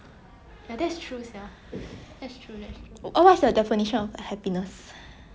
oh what's your definition of happiness